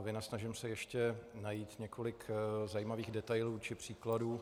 Vynasnažím se ještě najít několik zajímavých detailů či příkladů.